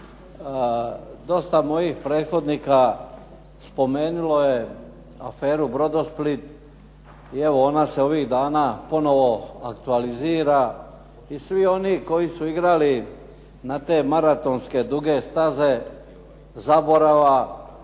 Dosta mojih prethodnika spomenulo je aferu "Brodosplit" i evo ona se ovih dana ponovo aktualizira i svi oni koji su igrali na te maratonske duge staze zaborava